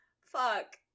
Fuck